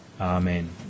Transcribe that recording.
Amen